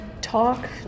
talk